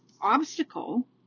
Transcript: obstacle